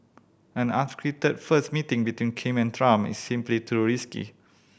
an unscripted first meeting between Kim and Trump is simply too risky